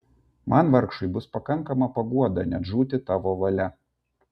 man vargšui bus pakankama paguoda net žūti tavo valia